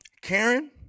Karen